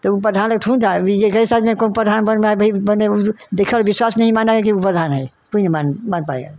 तो ऊ प्रधान लक थोड़ी था वी जेकरे साथ में कौन प्रधान बन रहा भाई बने उस देखल विश्वास नहीं माना कि ऊ प्रधान है कोई नहीं मान मान पाया